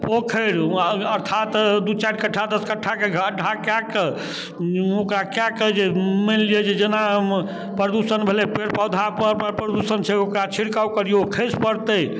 पोखरि अर्थात दुइ चारि कट्ठा दस कट्ठाके गड्ढा कऽ कऽ ओकरा कऽ कऽ जे मानि लिअऽ जे जेना प्रदूषण भेलै पेड़ पौधापर प्रदूषण छै ओकरा छिड़काव करिऔ खसि पड़तै